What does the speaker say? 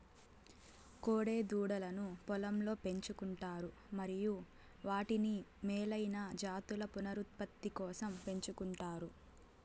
కోడె దూడలను పొలంలో పెంచు కుంటారు మరియు వాటిని మేలైన జాతుల పునరుత్పత్తి కోసం పెంచుకుంటారు